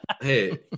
Hey